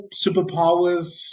superpowers